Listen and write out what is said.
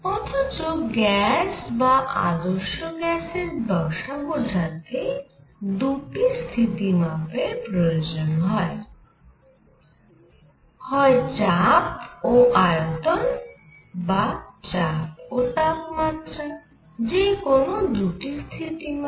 অথচ গ্যাস বা আদর্শ গ্যাসের দশা বোঝাতে দুটি স্থিতিমাপের প্রয়োজন হয় হয় চাপ ও আয়তন বা চাপ ও তাপমাত্রা যে কোন দুটি স্থিতিমাপ